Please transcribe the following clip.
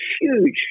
huge